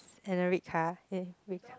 and a red car and red car